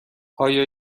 آیا